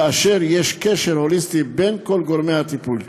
ויש קשר הוליסטי בין כל גורמי הטיפול.